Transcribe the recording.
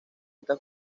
estas